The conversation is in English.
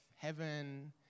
Heaven